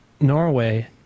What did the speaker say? Norway